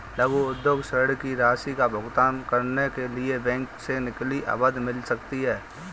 लघु उद्योग ऋण की राशि का भुगतान करने के लिए बैंक से कितनी अवधि मिल सकती है?